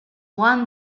won